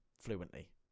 fluently